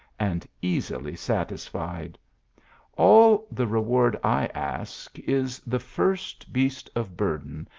and easily satisfied all the reward i ask, is the first beast of burden,